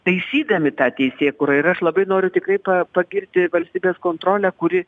taisydami tą teisėkūrą ir aš labai noriu tikrai pa pagirti valstybės kontrolę kuri